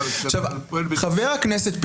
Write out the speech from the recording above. חבר הכנסת פינדרוס,